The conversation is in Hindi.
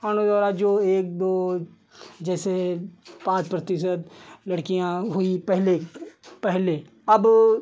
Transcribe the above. अन्य द्वारा जो एक दो जैसे पाँच प्रतिशत लड़कियाँ हुईं पहले पहले अब